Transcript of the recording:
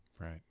right